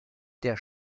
der